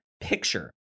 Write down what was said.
picture